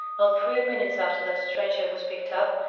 not three minutes after that trencher was picked up,